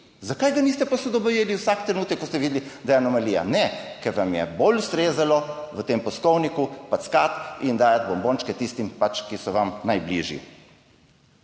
Zakaj ga niste posodobili vsak trenutek, ko ste videli, da je anomalija? Ne, ker vam je bolj ustrezalo v tem peskovniku packati in dajati bombončke, tistim pa, ki so vam najbližji.